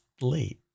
late